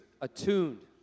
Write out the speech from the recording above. attuned